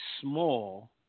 small